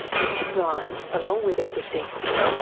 richard ryan, along with edward deci,